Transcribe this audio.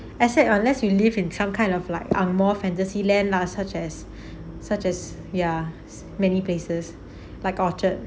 I said unless you live in some kind of like ang mo fantasy land lah such as such as ya many places like orchard